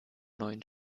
neuen